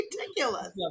ridiculous